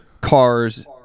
cars